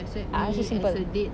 I ask you simple